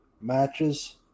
matches